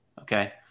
okay